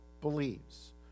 believes